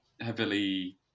heavily